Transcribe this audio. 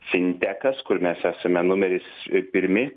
fintekas kur mes esame numeris pirmi